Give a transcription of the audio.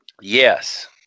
Yes